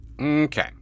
Okay